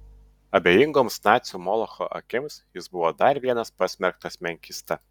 abejingoms nacių molocho akims jis buvo dar vienas pasmerktas menkysta